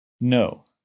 No